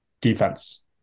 defense